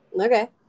okay